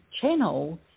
channel